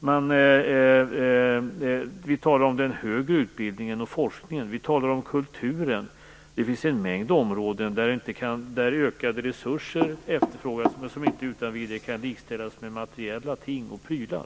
Vi talar om den högre utbildningen och forskningen, och om kulturen. Det finns en mängd områden där ökade resurser efterfrågas men som inte utan vidare kan likställas med materiella ting och prylar.